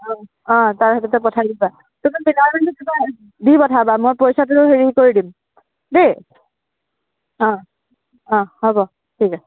অ অ তাৰ হাততে পঠাই দিবা তুমি মিলাই মিলি দিবা দি পঠাবা মই পইচাটো হেৰি কৰি দিম দেই অ অ হ'ব ঠিক আছে